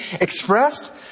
expressed